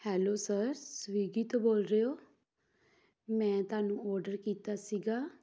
hello sir Swiggy ਤੋਂ ਬੋਲ ਰਹੇ ਹੋ ਮੈਂ ਤੁਹਾਨੂੰ ਔਡਰ ਕੀਤਾ ਸੀਗਾ